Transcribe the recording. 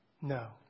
No